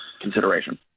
consideration